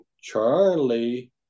Charlie